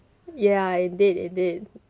ya indeed indeed